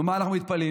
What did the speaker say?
נו, מה אנחנו מתפלאים?